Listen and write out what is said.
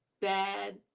bad